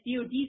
DOD